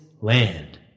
land